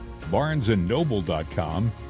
barnesandnoble.com